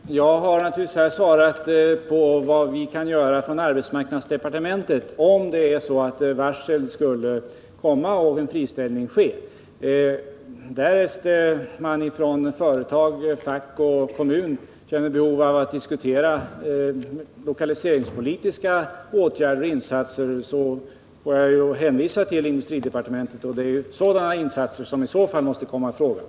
Herr talman! Jag har naturligtvis svarat på vad vi kan göra från arbetsmarknadsdepartementet, om det skulle komma varsel och om friställning skulle ske. Därest man från företag, fack och kommun känner behov av att diskutera lokaliseringspolitiska åtgärder och insatser får jag hänvisa till industridepartementet. Det är i så fall sådana insatser som måste komma i fråga.